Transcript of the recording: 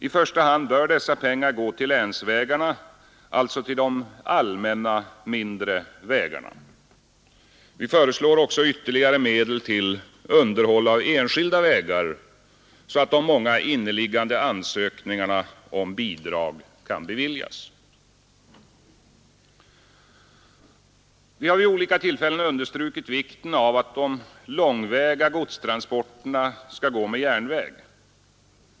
I första hand bör dessa pengar gå till länsvägarna — alltså de allmänna mindre vägarna. Vi föreslår också ytterligare medel till underhåll av enskilda vägar så att de många inneliggande ansökningarna om bidrag kan beviljas. Vi har vid olika tillfällen understrukit vikten av att de långväga godstransporterna skall gå på järnväg.